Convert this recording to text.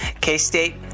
K-State